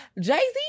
Jay-Z